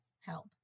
help